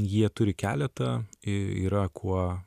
jie turi keletą yra kuo